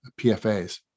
PFAs